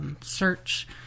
search